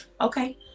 Okay